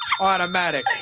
Automatic